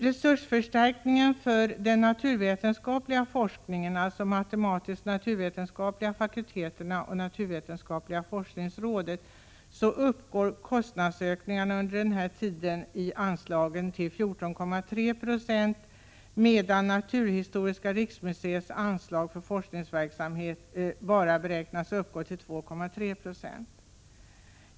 Resursförstärkningen för den naturvetenskapliga forskningen till de matematisk-naturvetenskapliga fakulteterna och naturvetenskapliga forskningsrådet uppgår till 14,3 76. Naturhistoriska riksmuseets anslag för forskningsverksamheten uppgår för samma tid endast till 2,3 90.